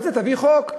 על זה תביא חוק,